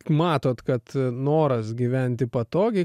matot kad noras gyventi patogiai